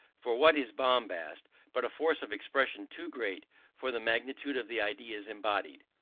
for what is bombast but a force of expression too great for the magnitude of the ideas embodied?